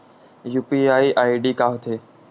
UPI ID का होथे?